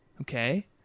Okay